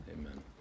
amen